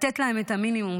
לתת להן את המינימום,